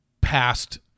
past